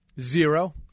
Zero